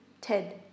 Ted